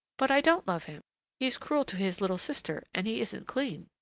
but i don't love him he's cruel to his little sister, and he isn't clean.